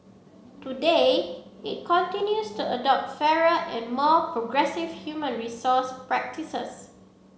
today it continues the adopt fairer and more progressive human resource practices